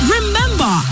Remember